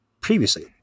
previously